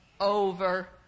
over